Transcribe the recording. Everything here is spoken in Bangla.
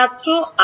ছাত্র i